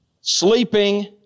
sleeping